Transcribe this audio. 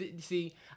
See